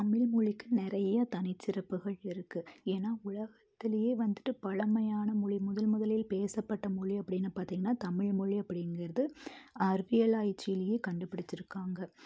தமிழ் மொழிக்கு நிறைய தனிச்சிறப்புகள் இருக்குது ஏன்னால் உலகத்துலேயே வந்துட்டு பழமையான மொழி முதல் முதலில் பேசப்பட்ட மொழி அப்படின்னு பார்த்தீங்கன்னா தமிழ் மொழி அப்படிங்கறது அறிவியல் ஆராய்ச்சிலேயும் கண்டுபிடிச்சுருக்காங்க